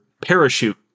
parachute